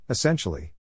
Essentially